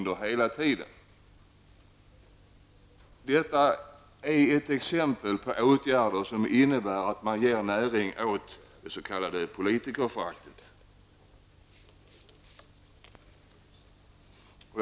Detta är ett exempel på åtgärder som innebär att man ger näring åt det s.k. politikerföraktet.